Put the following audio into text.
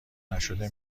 نشده